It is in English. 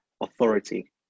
authority